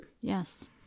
Yes